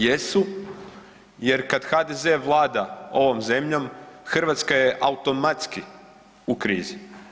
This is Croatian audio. Jesu jer kada HDZ-e vlada ovom zemljom Hrvatska je automatski u krizi.